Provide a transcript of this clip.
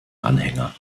anhänger